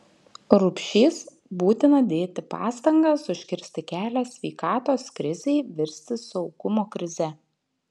rupšys būtina dėti pastangas užkirsti kelią sveikatos krizei virsti saugumo krize